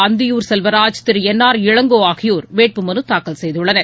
Anthiyur Selvaraj Thiru N R Elango ஆகியோர் வேட்புமனு தாக்கல் செய்துள்ளனர்